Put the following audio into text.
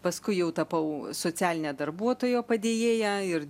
paskui jau tapau socialinio darbuotojo padėjėja ir